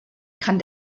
kann